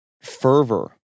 fervor